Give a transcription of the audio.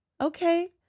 okay